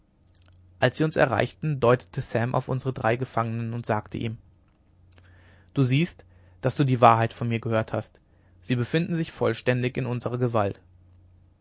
als sie uns erreichten deutete sam auf unsere drei gefangenen und sagte zu ihm du siehst daß du die wahrheit von mir gehört hast sie befinden sich vollständig in unserer gewalt